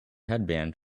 headband